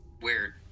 weird